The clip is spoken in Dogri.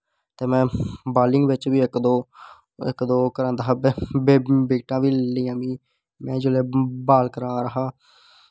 ते में बॉलिंग बिच्च बी इक दो इक दो करांदा हा बिकटां बी लेइयां में में जिसलै बाल करा दा हा